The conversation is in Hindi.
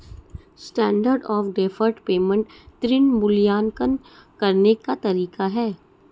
स्टैण्डर्ड ऑफ़ डैफर्ड पेमेंट ऋण मूल्यांकन करने का तरीका है